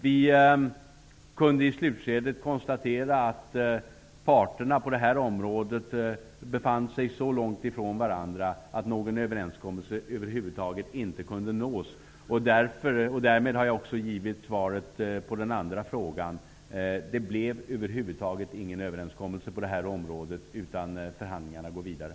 Vi kunde i slutskedet konstatera att parterna på detta område befann sig så långt ifrån varandra att någon överenskommelse över huvud taget inte kunde nås. Därmed har jag också givit svaret på den sista frågan. Det blev ingen överenskommelse på det här området, utan förhandlingarna går vidare.